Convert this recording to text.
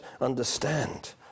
understand